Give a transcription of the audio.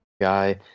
guy